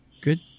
good